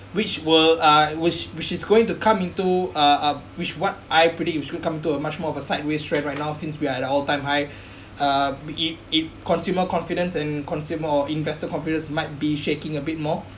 which will uh which which is going to come into uh uh which what I predict which should come to a much more of a sideways trend right now since we are at a all time high uh be it it consumer confidence and consumer or investor confidence might be shaking a bit more